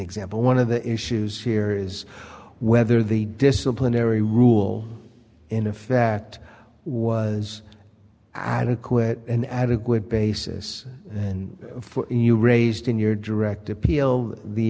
example one of the issues here is whether the disciplinary rule in effect was adequate an adequate basis and for you raised in your direct appeal the